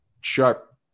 sharp